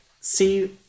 see